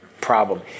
problem